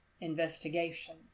investigation